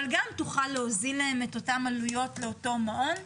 אבל גם תוכל להוזיל להם את אותן עלויות לאותו מעון.